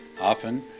Often